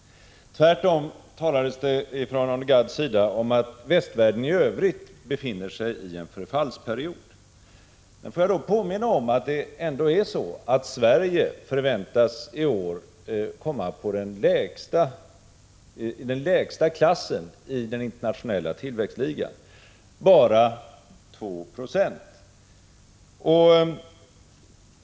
Tvärtom talade Arne Gadd om att västvärlden i övrigt befinner sig i en förfallsperiod. Låt mig då påminna mig om att det ändå är så att Sverige i år förväntas komma i den lägsta klassen i den internationella tillväxtligan, bara 2 9c.